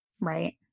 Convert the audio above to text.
right